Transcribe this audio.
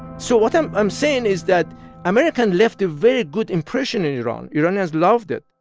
so what i'm i'm saying is that american left a very good impression in iran. iranians loved it